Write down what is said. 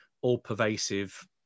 all-pervasive